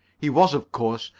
he was, of course,